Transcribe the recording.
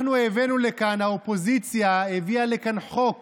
אנחנו הבאנו לכאן, האופוזיציה הביאה לכאן חוק